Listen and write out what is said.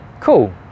cool